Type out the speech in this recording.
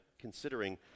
considering